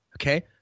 Okay